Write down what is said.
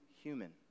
human